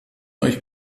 euch